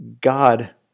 God